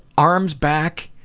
arms back.